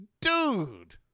dude